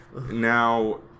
Now